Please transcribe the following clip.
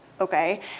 okay